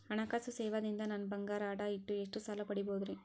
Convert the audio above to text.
ಹಣಕಾಸು ಸೇವಾ ದಿಂದ ನನ್ ಬಂಗಾರ ಅಡಾ ಇಟ್ಟು ಎಷ್ಟ ಸಾಲ ಪಡಿಬೋದರಿ?